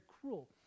cruel